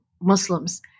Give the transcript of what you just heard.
Muslims